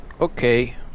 Okay